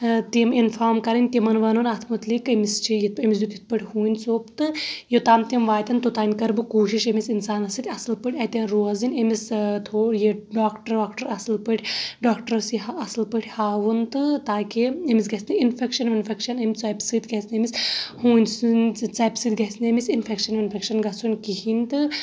تِم اِنفارم کرٕنۍ تِمن ونُن اَتھ مُتلِق أمِس چھُ یہِ أمِس دیُت یِتھۍ پٲٹھۍ ہوٗنۍ ژوٚپ تہٕ یوٚتام تِم واتٮ۪ن توٚتام کرٕ بہٕ کوٗشِش أمِس اِنسانس سۭتۍ اَصل پأٹھۍ اتٮ۪ن روزٕنۍ أمِس تھو یہِ ڈاکٹڑ واکٹر اصل پأٹھۍ ڈاکٹرَس یہِ اصل پٲٹھۍ ہاوُن تہٕ تاکہ أمِس گژھہِ نہٕ اِنفٮ۪کشن وِنفٮ۪کشَن أمہِ ژۄپہِ سۭتۍ گژھہِ نہٕ أمِس ہوٗنۍ سنٛدۍ ژۄپہِ سۭتۍ گژھہِ نہٕ أمِس اِنفٮ۪کشن وِنفٮ۪کشَن گژھُن کہیٖنۍ تہٕ